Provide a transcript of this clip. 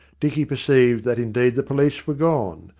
dicky perceived that indeed the police were gone,